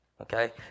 Okay